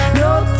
no